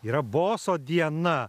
yra boso diena